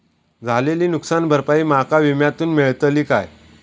झालेली नुकसान भरपाई माका विम्यातून मेळतली काय?